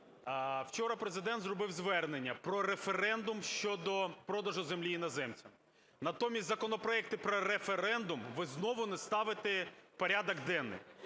вчора Президент зробив звернення про референдум щодо продажу землі іноземцям. Натомість законопроекти про референдум ви знову не ставите в порядок денний.